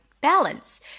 balance